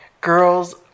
Girls